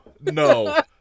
no